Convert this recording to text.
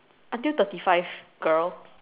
until thirty five girl